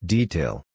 Detail